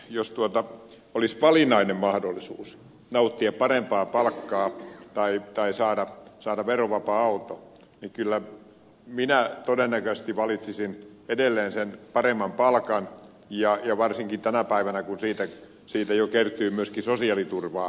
jos olisi valinnainen mahdollisuus nauttia parempaa palkkaa tai saada verovapaa auto niin kyllä minä todennäköisesti valitsisin sen paremman palkan ja varsinkin tänä päivänä kun siitä jo kertyy myöskin sosiaaliturvaa